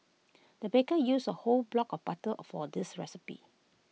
the baker used A whole block of butter or for this recipe